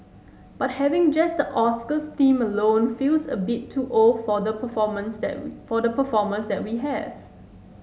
but having just the Oscars theme alone feels a bit too old for the performers that for the performers that we have